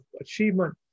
achievement